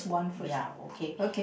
ya okay